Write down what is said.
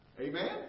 Amen